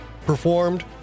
performed